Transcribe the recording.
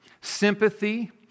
sympathy